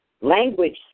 language